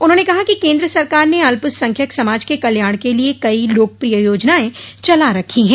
उन्होंने कहा कि केन्द्र सरकार ने अल्पसंख्यक समाज के कल्याण के लिए कई लोकप्रिय योजनाएं चला रखी है